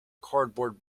cardboard